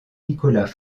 nicolas